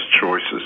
choices